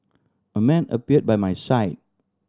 a man appeared by my side